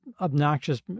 obnoxious